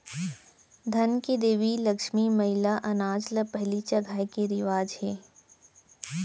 धन के देवी लक्छमी मईला ल अनाज ल पहिली चघाए के रिवाज हे